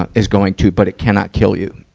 ah is going to, but it cannot kill you.